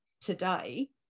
today